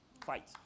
Fight